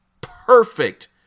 perfect